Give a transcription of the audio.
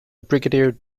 brigadier